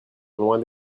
loin